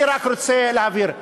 אני רק רוצה להבהיר.